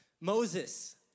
Moses